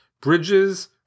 bridges